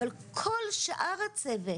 אבל כל שאר הצוות,